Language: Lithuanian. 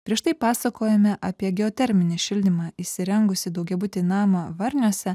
prieš tai pasakojome apie geoterminį šildymą įsirengusį daugiabutį namą varniuose